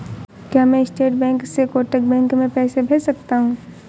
क्या मैं state bank से कोटक बैंक में पैसे भेज सकता हूँ?